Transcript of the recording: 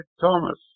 Thomas